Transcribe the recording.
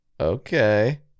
Okay